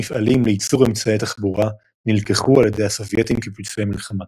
מפעלים לייצור אמצעי תחבורה נלקחו על ידי הסובייטים כפיצויי מלחמה.